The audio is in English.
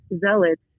zealots